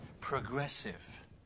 progressive